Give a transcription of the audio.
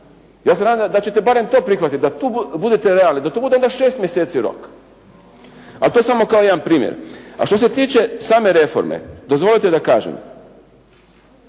Ja se nadam da ćete barem to prihvatiti da tu budete realni, da tu bude onda šest mjeseci rok, ali to samo kao jedan primjer. A što se tiče same reforme dozvolite da kažem.